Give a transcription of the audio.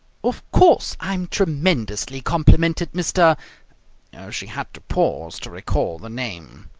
of course, i'm tremendously complimented, mr she had to pause to recall the name.